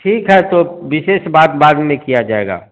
ठीक है तो विशेष बात बाद में किया जाएगा